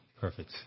Perfect